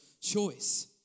choice